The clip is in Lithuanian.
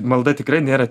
malda tikrai nėra